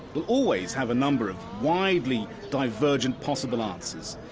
will always have a number of widely divergent possible answers.